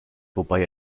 wobei